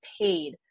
paid